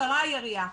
קצרה היריעה